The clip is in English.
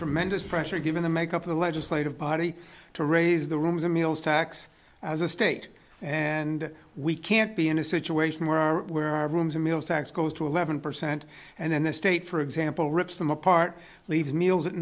tremendous pressure given the makeup of the legislative body to raise the rooms and meals tax as a state and we can't be in a situation where our where our rooms are meals tax goes to eleven percent and then the state for example rips them apart leaves meals at